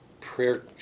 prayer